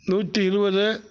நூற்றி இருபது